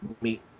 meet